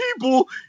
people